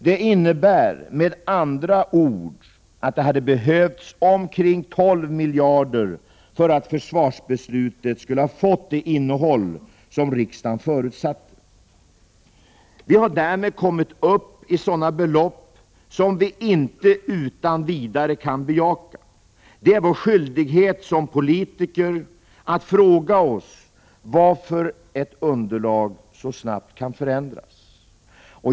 Det innebär med andra ord att det hade behövts omkring 12 miljarder kronor för att försvarsbeslutet skulle ha fått det innehåll som riksdagen förutsatte. Vi har därmed kommit upp i sådana belopp som vi inte utan vidare kan bejaka. Det är vår skyldighet som politiker att fråga oss varför ett underlag så snabbt kan förändras.